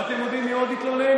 ואתם יודעים מי עוד התלונן?